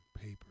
paper